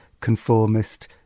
conformist